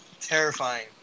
terrifying